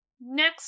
Next